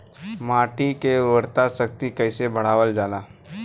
माटी के उर्वता शक्ति कइसे बढ़ावल जाला?